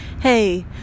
hey